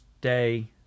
Day